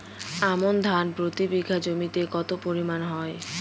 আমন ধান প্রতি বিঘা জমিতে কতো পরিমাণ হয়?